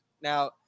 Now